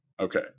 Okay